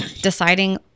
deciding